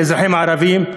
לאזרחים הערבים,